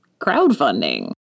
crowdfunding